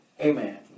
Amen